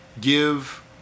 give